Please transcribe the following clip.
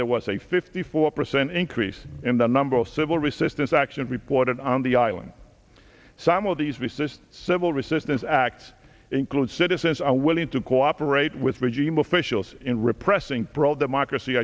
there was a fifty four percent increase in the number of civil resistance actions reported on the island some of these abuses civil resistance acts include citizens are willing to cooperate with regime officials in repressing pro democracy